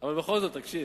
אבל בכל זאת, תקשיב.